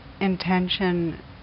intention